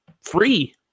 free